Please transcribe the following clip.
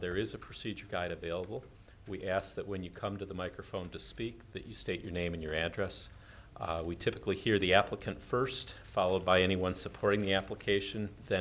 there is a procedure guide available we ask that when you come to the microphone to speak that you state your name and your address we typically hear the applicant first followed by anyone supporting the application th